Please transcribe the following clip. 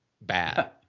bad